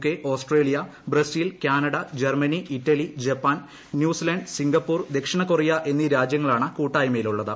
K Australia Brazil Canada Germany Italy Japan New Zealand Singapore ദക്ഷിണ Korea എന്നീ രാജ്യങ്ങളാണ് കൂട്ടായ്മയിലുള്ളത്